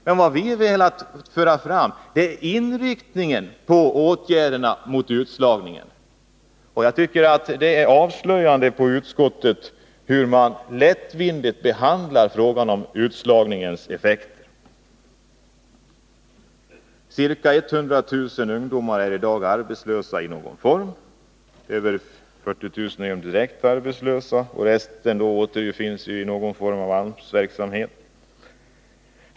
Men vad vi velat föra fram är inriktningen på åtgärderna mot utslagningen. Jag tycker det är avslöjande för utskottet hur lättvindigt man behandlar frågan om utslagningens effekter. Ca 100 000 ungdomar är i dag arbetslösa i någon form. Över 40 000 är direkt arbetslösa, och resten återfinns i hågon form av AMS-verksamhet.